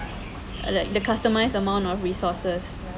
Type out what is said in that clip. the customised amount of resources